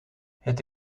het